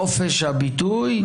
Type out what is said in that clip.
חופש הביטוי,